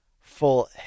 full